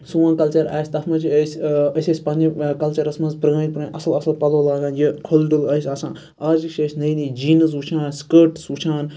سون کَلچَر آسہِ تَتھ مَنٛز چھِ أسۍ أسۍ ٲسۍ پَننہِ کَلچَرَس مَنٛز پرٲنۍ پرٲنۍ اَصل اَصل پَلَو لاگان یہِ کھُلہٕ ڈُلہٕ ٲسۍ آسان آز چھِ أسۍ نٔے نٔے جیٖنِز وٕچھان سکٲٹٕس وٕچھان